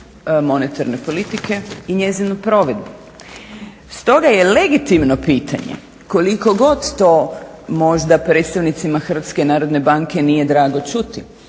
monetarne politike i njezinu provedbu. Stoga je legitimno pitanje, koliko god to možda predstavnicima Hrvatske narodne banke nije drago čuti,